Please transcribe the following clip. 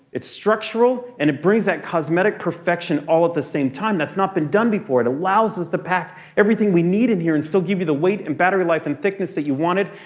it's structural. and it brings that cosmetic perfection all at the same time. that's not been done before. it allows us to pack everything we need in here and still give you the weight and battery life and thickness that you wanted.